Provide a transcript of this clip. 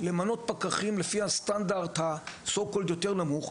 למנות פקחים לפי הסטנדרט היותר נמוך,